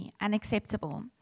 unacceptable